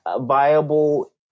viable